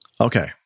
Okay